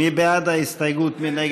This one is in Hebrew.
עבד אל חכים חאג' יחיא,